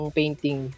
painting